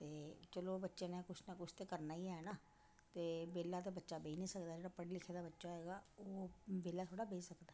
ते चलो बच्चे ने कुछ तां कुछ करना ही ऐ ना ते बेह्ला ते बच्चा बेही नी सकदा जेह्ड़ा पढ़े लिखे दा बच्चा होए गा ओह् बेह्ला थोह्ड़ा बेही सकदा